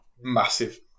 massive